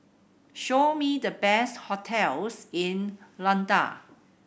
show me the best hotels in Luanda